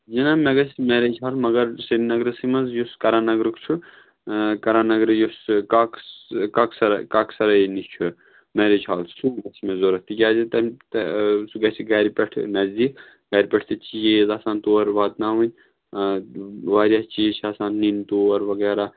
جِناب مےٚ گژھِ مٮ۪ریج ہال مگر سرینگرسٕے منٛز یُس کَرَن نگرُک چھُ کَرَن نگرٕ یُس کاکٕس کاک سَراے کاک سَرایہِ نِش چھُ مٮ۪ریج ہال سُہ اوس مےٚ ضوٚرَتھ تِکیٛازِ تَمۍ سُہ گژھِ گَرِ پٮ۪ٹھٕ نَزدیٖک گَرِ پٮ۪ٹھ تہِ چیٖز آسان تورٕ واتناوٕنۍ واریاہ چیٖز چھِ آسان نِنۍ تور وغیرہ